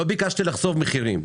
לא ביקשתי לחשוף מחירים.